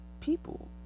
people